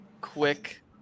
quick